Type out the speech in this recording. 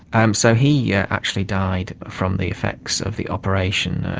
um so he yeah actually died from the effects of the operation,